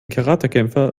karatekämpfer